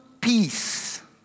peace